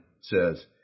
says